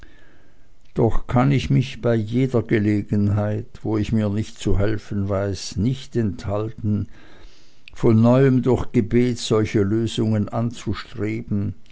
doch kann ich mich bei jeder gelegenheit wo ich mir nicht zu helfen weiß nicht enthalten von neuem durch gebet solche lösungen anzustreben